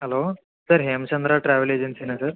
hello sir Hemachandra travel ఏజెన్సీయేనా sir